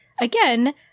again